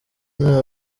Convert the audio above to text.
ino